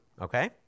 Okay